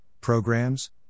programs